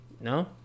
No